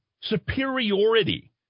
superiority